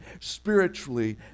spiritually